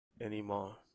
anymore